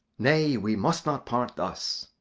nay, we must not part thus.